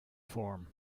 form